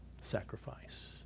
sacrifice